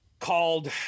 Called